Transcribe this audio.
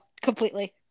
completely